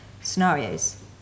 scenarios